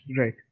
Right